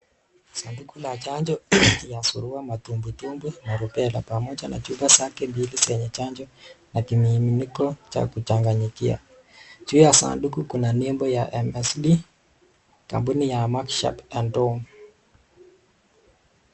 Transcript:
Sanduku la chanjo ya surua, matumbwitumbwi na (cs)rubela(cs) pamoja na chupa zake mbili zenye chanjo na kimiminiko cha kuchanganyia, juu ya sanduku kuna nembo ya MSD kampuni ya (cs)Merk Sharpe and Dhome(cs).